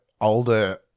older